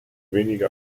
wenige